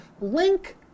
link